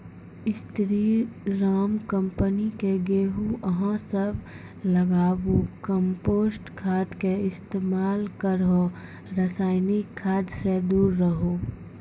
स्री Ram company के गेहूँ अहाँ सब लगाबु कम्पोस्ट खाद के इस्तेमाल करहो रासायनिक खाद से दूर रहूँ?